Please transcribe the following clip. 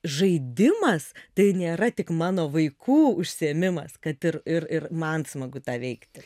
žaidimas tai nėra tik mano vaikų užsiėmimas kad ir ir ir man smagu tą veikti